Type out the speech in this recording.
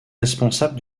responsable